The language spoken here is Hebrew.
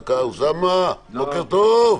אוסאמה, בוקר טוב.